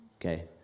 Okay